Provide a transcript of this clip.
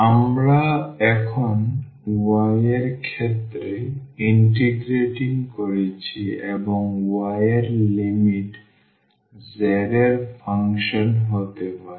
সুতরাং আমরা এখন y এর ক্ষেত্রে ইন্টিগ্র্যাটিং করছি এবং y এর লিমিট z এর ফাংশন হতে পারে